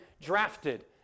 drafted